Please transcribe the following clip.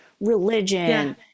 religion